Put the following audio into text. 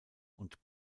und